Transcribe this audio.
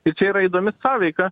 ir čia yra įdomi sąveika